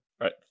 right